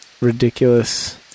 ridiculous